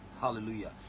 Hallelujah